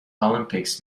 olympics